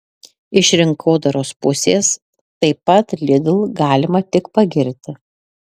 iš rinkodaros pusės taip pat lidl galima tik pagirti